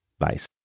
Nice